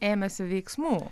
ėmėsi veiksmų